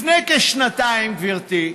לפני כשנתיים, גברתי,